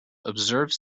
observes